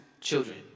children